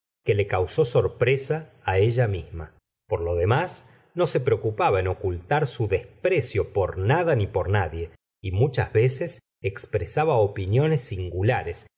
que le causó sorpresa ella misma por lo demás no se preocupaba en ocultar su desprecio por nada ni por nadie y muchas veces expresaba opiniones singulares